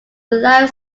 live